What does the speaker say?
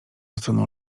stroną